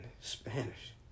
Spanish